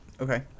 Okay